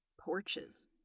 Porches